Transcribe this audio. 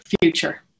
future